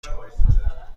شود